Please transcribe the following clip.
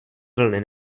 vlny